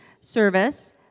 service